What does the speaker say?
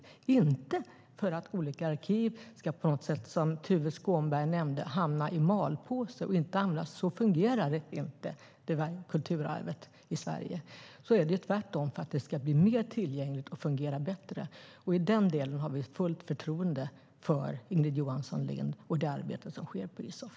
Det är inte för att olika arkiv på något sätt ska, som Tuve Skånberg nämnde, hamna i malpåse och inte användas - så fungerar inte kulturarvet i Sverige. Det är tvärtom för att det ska bli mer tillgängligt och fungera bättre. I den delen har vi fullt förtroende för Ingrid Johansson Lind och det arbete som sker på Isof.